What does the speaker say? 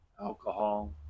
alcohol